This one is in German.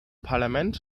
parlament